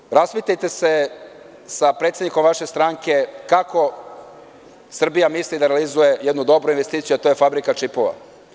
Tako da raspitajte se sa predsednikom vaše stranke kako Srbija misli da realizuje jednu dobru investiciju, a to je fabrika čipova.